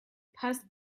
passed